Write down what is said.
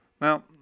Now